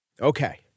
Okay